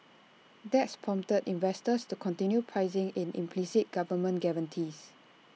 that's prompted investors to continue pricing in implicit government guarantees